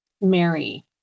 mary